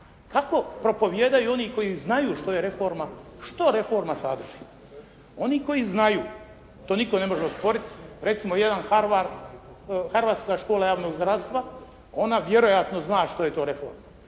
kako propovijedaju oni koji znaju što je reforma, što reforma sadrži. Oni koji znaju to nitko ne može osporiti, recimo jedan Harbard, harbardska škola javnog zdravstva, ona vjerojatno zna što je to reforma.